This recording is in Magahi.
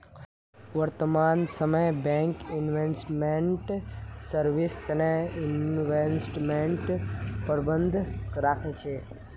वर्तमान समयत बैंक इन्वेस्टमेंट सर्विस तने इन्वेस्टमेंट प्रबंधक राखे छे